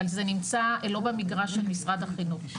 אבל זה נמצא לא במגרש של משרד החינוך.